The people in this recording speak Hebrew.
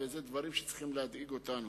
אלו דברים שצריכים להדאיג אותנו.